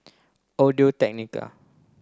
Audio Technica